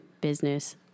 business